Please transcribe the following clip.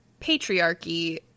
patriarchy